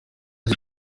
ati